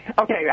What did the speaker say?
Okay